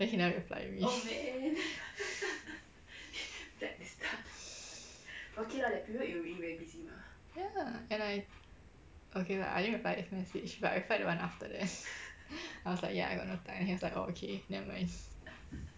then he never reply me ya and I okay lah I didn't reply his message but I reply the one after that I was like ya I got no time he was like orh okay nevermind